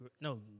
No